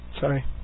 Sorry